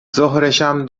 ظهرشم